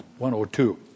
102